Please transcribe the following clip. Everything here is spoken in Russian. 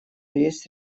есть